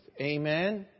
Amen